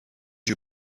you